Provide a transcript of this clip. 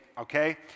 okay